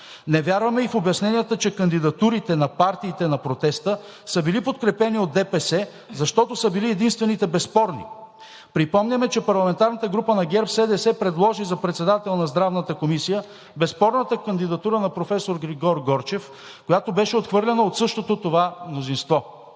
Не вярваме и в обясненията, че кандидатурите на партиите на протеста са били подкрепени от ДПС, защото са били единствените безспорни. Припомняме, че парламентарната група на ГЕРБ-СДС предложи за председател на Здравната комисия безспорната кандидатура на професор Григор Горчев, която беше отхвърлена от същото това мнозинство.